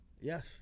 Yes